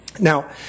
Now